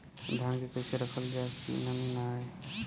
धान के कइसे रखल जाकि नमी न आए?